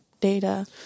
data